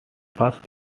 first